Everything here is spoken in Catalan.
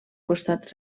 costat